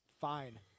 fine